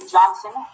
Johnson